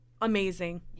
amazing